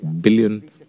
billion